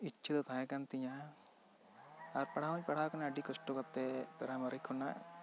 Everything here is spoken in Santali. ᱤᱪᱪᱷᱟᱹ ᱛᱟᱦᱮᱸ ᱠᱟᱱ ᱛᱤᱧᱟᱹ ᱟᱨ ᱯᱟᱲᱦᱟᱣ ᱦᱚᱹᱧ ᱯᱟᱲᱦᱟᱣ ᱟᱠᱟᱱᱟ ᱟᱹᱰᱤ ᱠᱚᱥᱴᱚ ᱠᱟᱛᱮ ᱯᱨᱟᱭᱢᱟᱨᱤ ᱠᱷᱚᱱᱟᱜ